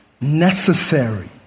necessary